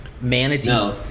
Manatee